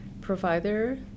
provider